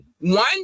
One